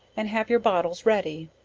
and have your bottles ready,